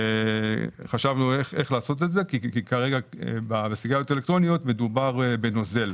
חשבנו איך לעשות את זה כי כרגע בסיגריות האלקטרוניות מדובר בנוזל.